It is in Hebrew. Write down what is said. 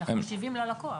אנחנו משיבים ללקוח.